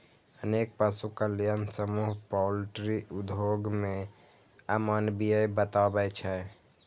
अनेक पशु कल्याण समूह पॉल्ट्री उद्योग कें अमानवीय बताबै छै